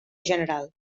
general